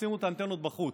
אבל שימו את האנטנות בחוץ.